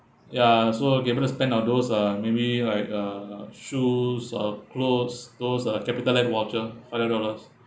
ya so I'll be able to spend on those uh maybe like uh shoes or clothes those uh CapitaLand voucher five hundred dollars